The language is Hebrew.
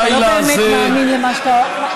אתה לא באמת מאמין למה שאתה אומר.